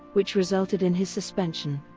which resulted in his suspension.